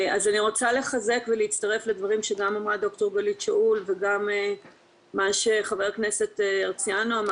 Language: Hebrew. אני רוצה להצטרף ולחזק דברים שאמרו ד"ר גלית שאול וחבר הכנסת הרצנו,